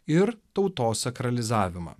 ir tautos sakralizavimą